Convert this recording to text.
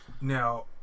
Now